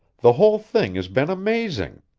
the whole thing has been amazing.